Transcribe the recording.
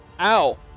Ow